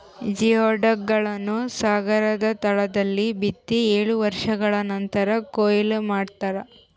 geoduck ಗಳನ್ನು ಸಾಗರದ ತಳದಲ್ಲಿ ಬಿತ್ತಿ ಏಳು ವರ್ಷಗಳ ನಂತರ ಕೂಯ್ಲು ಮಾಡ್ತಾರ